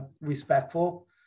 respectful